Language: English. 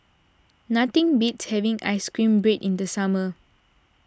nothing beats having Ice Cream Bread in the summer